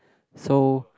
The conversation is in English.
so